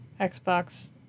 Xbox